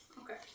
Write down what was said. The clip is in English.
Okay